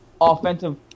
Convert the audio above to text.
offensive